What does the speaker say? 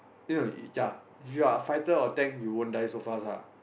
eh no ya if you are fighter or tank you won't die so fast ah